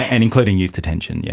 and including youth detention, yeah